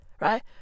right